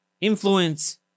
Influence